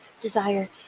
desire